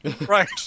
Right